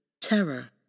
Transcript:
terror